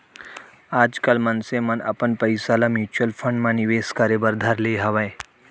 आजकल मनसे मन अपन पइसा ल म्युचुअल फंड म निवेस करे बर धर ले हवय